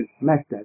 Master